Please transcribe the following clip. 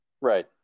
Right